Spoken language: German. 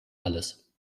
alles